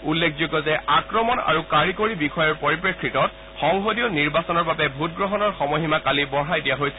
উল্লেখযোগ্য যে আক্ৰমণ আৰু কাৰিকৰী বিষয়ৰ পৰিপ্ৰেক্ষিতত সংসদীয় নিৰ্বাচনৰ বাবে ভোটগ্ৰহণৰ সময়সীমা কালি বঢ়াই দিয়া হৈছিল